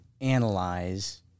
analyze